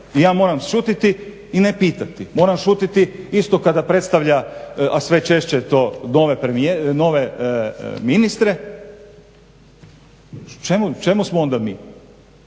i ja moram šutiti i ne pitati, moram šutiti isto kada predstavlja a sve češće je to nove ministre. Čemu smo onda mi?